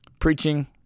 preaching